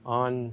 on